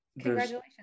congratulations